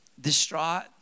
distraught